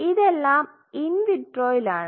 ഇതെല്ലാം ഇൻ വിട്രോയിലാണ്